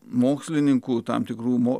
mokslininkų tam tikrumo